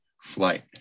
flight